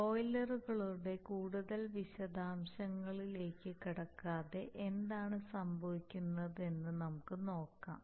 ബോയിലറുകളുടെ കൂടുതൽ വിശദാംശങ്ങളിലേക്ക് കടക്കാതെ എന്താണ് സംഭവിക്കുന്നതെന്ന് നമുക്ക് നോക്കാം